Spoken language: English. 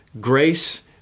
grace